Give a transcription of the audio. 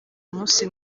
umunsi